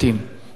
אבל אני חושב